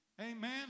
Amen